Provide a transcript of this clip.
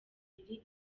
umubiri